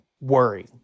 worry